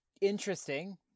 interesting